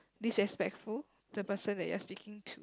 disrespectful the person that you are speaking to